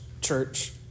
church